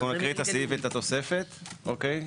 אנחנו נקריא את הסעיף ואת התוספת, אוקיי?